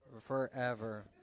Forever